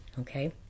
okay